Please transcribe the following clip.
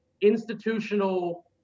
institutional